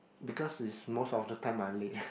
because is most of the time I late